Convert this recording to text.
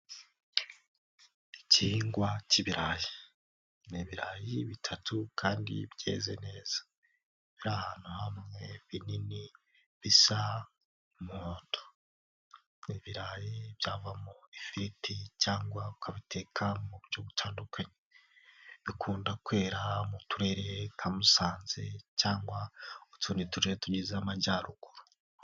Igihingwa cy'ibirayi ni ibirayi bitatu kandi byeze neza biri ahantu hamwe binini bisa umuhondo, ni ibirayi byavamo ifiriti cyangwa ukabiteka mu buryo butandukanye, bikunda kwera mu turere nka Musanze cyangwa utundi turere tugize amajyaruguru.